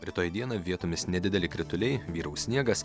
rytoj dieną vietomis nedideli krituliai vyraus sniegas